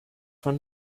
von